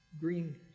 green